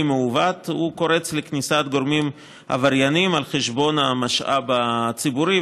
מעוות קורץ לכניסת גורמים עבריינים על חשבון המשאב הציבורי,